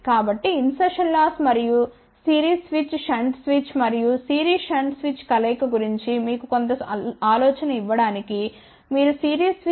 కాబట్టి insertion loss మరియు series switch shunt switch మరియు సిరీస్ షంట్ స్విచ్ కలయిక గురించి మీకు కొంత ఆలోచన ఇవ్వడానికి మీరు సిరీస్ స్విచ్ ఇన్సర్షన్ లాస్ 0